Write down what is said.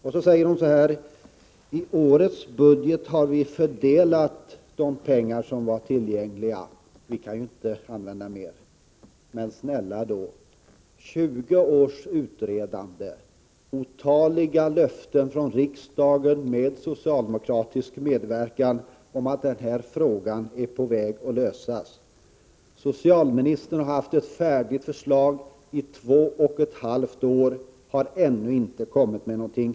Ingegerd Elm framhöll att man i årets budget har fördelat de pengar som var tillgängliga och att man inte kan använda mer. Men snälla då — utredandet har pågått i 20 år och otaliga löften har givits av riksdagen — med socialdemokratisk medverkan — om att denna fråga är på väg att lösas. Socialministern har haft ett färdigt förslag i två och ett halvt år men har ännu inte kommit med någonting.